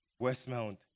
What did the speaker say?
Westmount